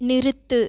நிறுத்து